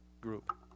group